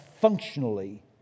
functionally